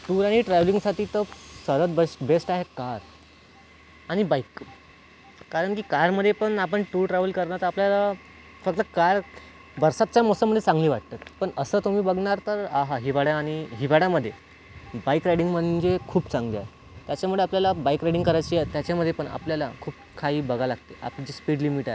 tour आणि ट्रॅव्हलिंगसाटी तर सर्वात बस्ट बेस्ट आहे कार आणि बाईक कारण की कारमध्ये पण आपण टूर ट्रॅवल करणार तर आपल्याला फक्त कार बरसातच्या मौसममध्ये चांगली वाटते पण असं तुम्ही बघणार तर आहा हिवाळ्या आणि हिवाळ्यामध्ये बाईक रायडिंग म्हणजे खूप चांगली आहे त्याच्यामुळे आपल्याला बाईक रायडिंग करायची आहे त्याच्यामध्ये पण आपल्याला खूप काही बघावे लागते आता जी स्पीड लिमिट आहे